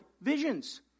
visions